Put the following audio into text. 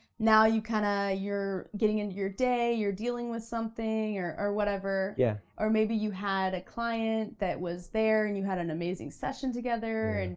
now you kinda, you're getting into your day you're dealing with something, or or whatever. yeah. or maybe you had a client that was there and you had an amazing session together,